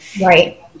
right